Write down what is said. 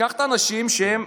לקחת אנשים שהם,